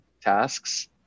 tasks